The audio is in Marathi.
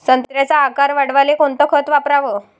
संत्र्याचा आकार वाढवाले कोणतं खत वापराव?